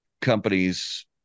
companies